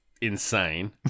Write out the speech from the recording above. insane